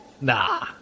Nah